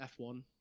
F1